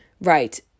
right